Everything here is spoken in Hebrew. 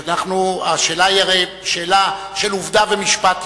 השאלה היא הרי שאלה של עובדה ומשפט יחד,